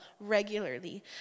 regularly